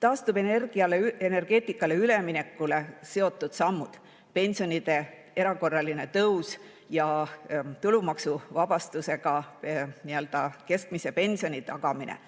taastuvenergeetikale üleminekuga seotud sammud; pensionide erakorraline tõstmine ja tulumaksuvaba keskmise pensioni tagamine;